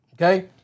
okay